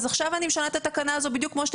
עכשיו אני משנה את התקנה הזו בדיוק כמו שאתם